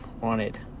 wanted